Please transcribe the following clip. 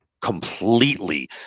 completely